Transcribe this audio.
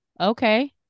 okay